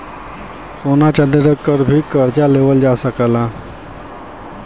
सोना चांदी रख के भी करजा लेवल जा सकल जाला